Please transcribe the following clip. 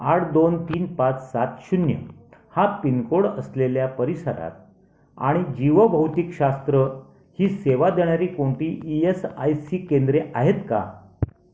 आठ दोन तीन पाच सात शून्य हा पिनकोड असलेल्या परिसरात आणि जीवभौतिकशास्त्र ही सेवा देणारी कोणती ई एस आय सी केंद्रे आहेत का